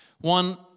One